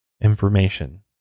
information